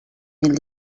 mil